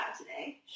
today